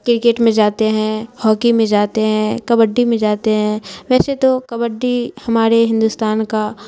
cricket میں جاتے ہیں ہاکی میں جاتے ہیں کبڈی میں جاتے ہیں ویسے تو کبڈی ہمارے ہندوستان کا